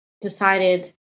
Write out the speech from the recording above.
decided